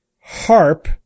Harp